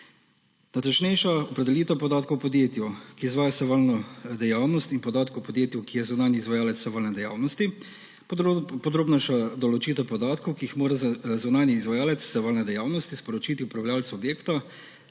natančnejša opredelitev podatkov o podjetju, ki izvaja sevalno dejavnost, in podatkov o podjetju, ki je zunanji izvajalec sevalne dejavnosti; podrobnejša določitev podatkov, ki jih mora zunanji izvajalec sevalne dejavnosti sporočiti upravljavcu objekta